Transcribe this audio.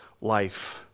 Life